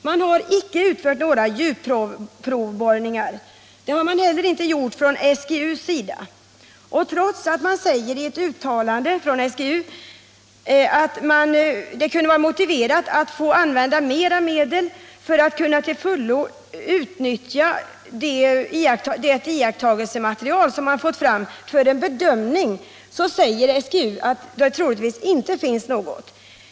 Man har inte utfört några djupprovborrningar, och det har inte heller SGU gjort. Trots att SGU säger i ett uttalande att det kunde vara motiverat att man finge använda mer medel för att kunna till fullo utnyttja det iakttagelsematerial man 7” fått fram för en bedömning, säger SGU att det troligtvis inte finns gas i användbara mängder.